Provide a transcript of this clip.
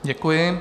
Děkuji.